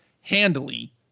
handily